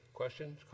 questions